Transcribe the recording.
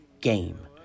Game